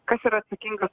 kas yra atsakingas